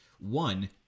One